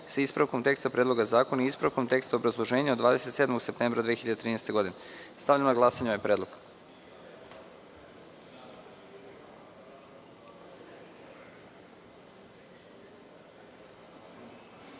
sa ispravkom teksta Predloga zakona i ispravkom teksta obrazloženja od 27. septembra 2013. godine. Stavljam na glasanje ovaj predlog. Molim